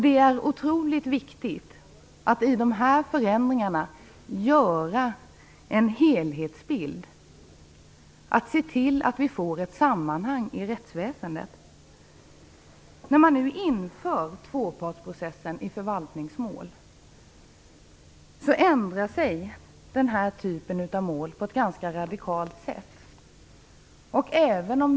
Det är otroligt viktigt att i dessa förändringar se en helhetsbild och att skapa ett sammanhang i rättsväsendet. När man nu inför tvåpartsprocessen i förvaltningsmål ändrar sig denna typ av mål på ett ganska radikalt sätt.